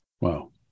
Wow